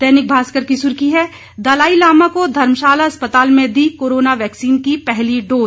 दैनिक भास्कर की सुर्खी है दलाई लामा को धर्मशाला अस्पताल में दी कोरोना वैक्सीन की पहली डोज